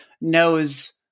knows